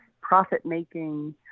profit-making